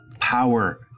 power